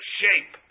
shape